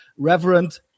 Reverend